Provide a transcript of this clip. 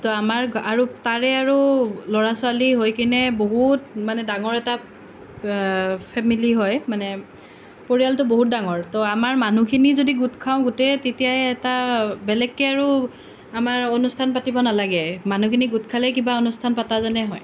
তো আমাৰ আৰু তাৰে আৰু ল'ৰা ছোৱালী হৈ কিনে বহুত মানে ডাঙৰ এটা ফেমিলি হয় মানে পৰিয়ালটো বহুত ডাঙৰ তো আমাৰ মানুহখিনি যদি গোট খাওঁ গোটেই তেতিয়াই এটা বেলেগকৈ আৰু আমাৰ অনুষ্ঠান পাতিব নালাগে মানুহখিনি গোট খালেই কিবা অনুষ্ঠান পতা যেনেই হয়